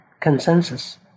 consensus